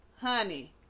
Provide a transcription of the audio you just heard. honey